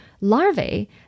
larvae